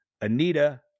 Anita